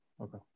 okay